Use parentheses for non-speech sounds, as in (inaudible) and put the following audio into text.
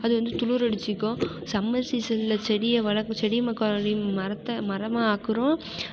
அது வந்து துளுரடித்துக்கும் சம்மர் சீசனில் செடியை வளர்க்க செடியை (unintelligible) மரத்தை மரமாக ஆக்குறோம்